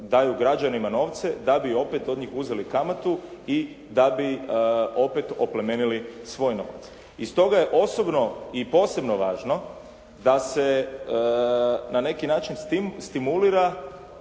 daju građanima novce, da bi od njih opet uzeli kamatu i da bi opet oplemenili svoj novac. I stoga je osobno i posebno važno, da se na neki način stimulira